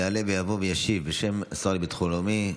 יעלה ויבוא וישיב, בשם השר לביטחון לאומי,